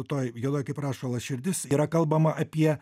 toj juodoj kaip rašalas širdis yra kalbama apie